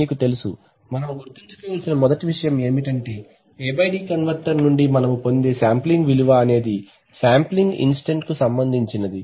మీకు తెలుసు మనము గుర్తుంచుకోవలసిన మొదటి విషయం ఏమిటంటే A D కన్వర్టర్ నుండి మనము పొందే శాంప్లింగ్ విలువ అనేది ఆ శాంప్లింగ్ ఇంస్టంట్ కు సంబంధించినది